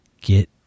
get